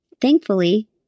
Thankfully